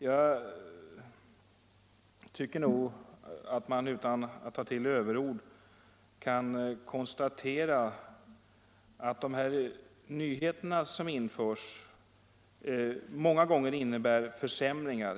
Jag tycker att man utan att ta till överord kan konstatera, att de nyheter som införs många gånger innebär försämringar.